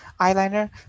eyeliner